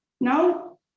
now